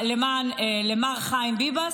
למר חיים ביבס,